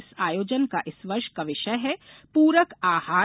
इस आयोजन का इस वर्ष का विषय है प्रक आहार